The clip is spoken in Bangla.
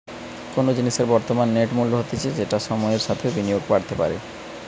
কোনো জিনিসের বর্তমান নেট মূল্য হতিছে যেটা সময়ের সাথেও বিনিয়োগে বাড়তে পারে